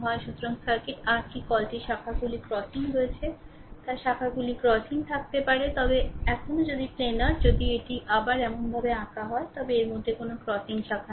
সুতরাং circuit r কি কলটির শাখাগুলি ক্রসিং রয়েছে তার শাখাগুলি ক্রসিং থাকতে পারে তবে এখনও যদি প্ল্যানার যদি এটি আবার এমনভাবে আঁকা যায় তবে এর কোনও ক্রসিং শাখা নেই